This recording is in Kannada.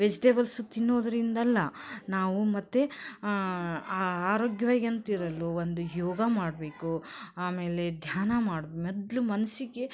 ವೆಝ್ಟೇಬಲ್ಸು ತಿನ್ನೋದರಿಂದಲ್ಲ ನಾವು ಮತ್ತೆ ಆರೋಗ್ಯವಾಗಿ ಅಂತಿರಲು ಒಂದು ಯೋಗ ಮಾಡಬೇಕು ಆಮೇಲೆ ಧ್ಯಾನ ಮಾಡ್ಬ್ ಮೊದ್ಲು ಮನಸ್ಸಿಗೆ